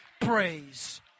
praise